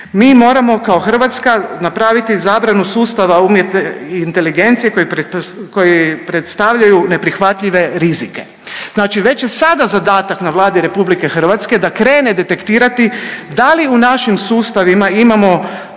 mi moramo kao Hrvatska napraviti zabranu sustava umjetne inteligencije koji predstavljaju neprihvatljive rizike. Znači već je sada zadatak na Vladi RH da krene detektirati da li u našim sustavima imamo